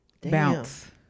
Bounce